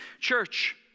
Church